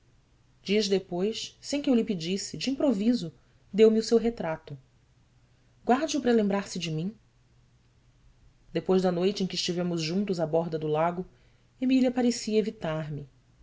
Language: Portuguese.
dias depois sem que eu lhe pedisse de improviso deu-me o seu retrato uarde o para lembrar-se de mim depois da noite em que estivemos juntos à borda do lago emília parecia evitar me